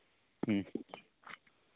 ᱦᱮᱸ